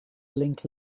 link